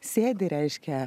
sėdi reiškia